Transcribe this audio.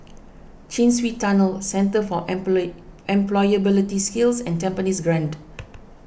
Chin Swee Tunnel Centre for Employability Skills and Tampines Grande